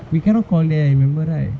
we cannot call back you remember right